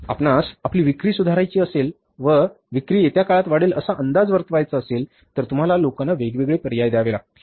म्हणून आपणास आपली विक्री सुधारायची असेल व आमची विक्री येत्या काळात वाढेल असा अंदाज वर्तविल्यास तुम्हाला लोकांना वेगवेगळे पर्याय द्यावे लागतील